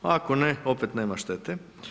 Ako ne, opet nema štete.